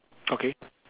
okay